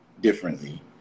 differently